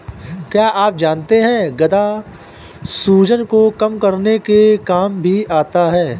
क्या आप जानते है गदा सूजन को कम करने के काम भी आता है?